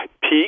peak